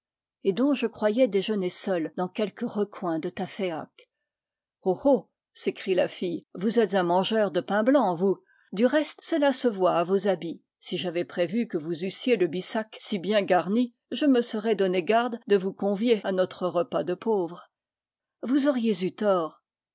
et dont je croyais déjeuner seul dans quelque recoin de taféak ho ho s'écrie la fille vous êtes un mangeur de pain blanc vous du reste cela se voit à vos habits si j'avais prévu que vous eussiez le bissac si bien garni je me serais donné garde de vous convier à notre repas de pauvres vous auriez eu tort